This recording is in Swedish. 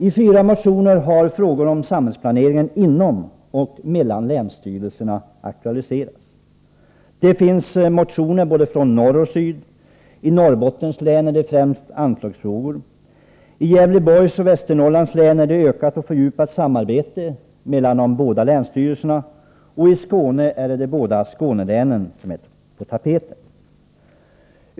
I fyra motioner har frågor om samhällsplaneringen inom och mellan länsstyrelserna aktualiserats. Det finns motioner från både nord och syd. I Norrbottens län gäller det framför allt anslagsfrågor, i Gävleborgs och Västernorrlands län framför allt ökat och fördjupat samarbete mellan de båda länsstyrelserna. I Skåne är det de båda Skånelänen som är på tapeten.